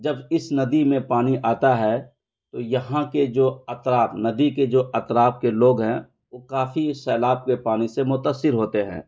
جب اس ندی میں پانی آتا ہے تو یہاں کے جو اطراف ندی کے جو اطراف کے لوگ ہیں وہ کافی سیلاب کے پانی سے متاثر ہوتے ہیں